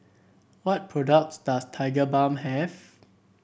what products does Tigerbalm have